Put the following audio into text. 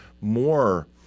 more